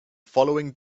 following